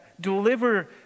deliver